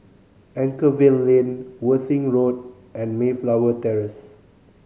Anchorvale Lane Worthing Road and Mayflower Terrace